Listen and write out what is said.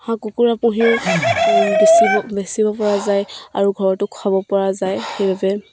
হাঁহ কুকুৰা পুহিও বেচিব বেচিব পৰা যায় আৰু ঘৰতো খুৱাব পৰা যায় সেইবাবে